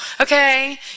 okay